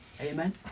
Amen